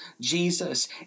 Jesus